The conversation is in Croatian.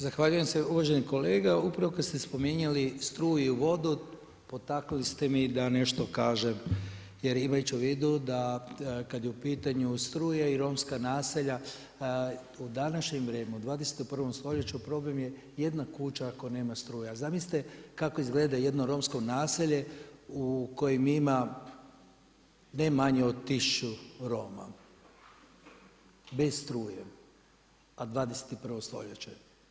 Zahvaljujem se uvaženi kolega, upravo kada ste spominjali struju i vodu potaknuli ste me da nešto kažem jer imajući u vidu da kada je u pitanju struje i romska naselja u današnje vrijeme u 21. stoljeću problem je jedna kuća ako nema struje a zamislite kako izgleda jedno romsko naselje u kojem ima ne manje od 1000 Roma bez struje a 21. stoljeće.